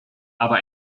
aber